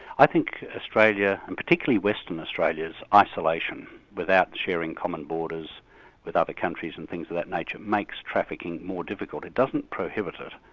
i think australia, and particularly western australia's isolation without sharing common borders with other countries and things of that nature, makes trafficking more difficult. it doesn't prohibit it,